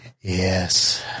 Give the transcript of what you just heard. Yes